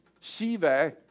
sive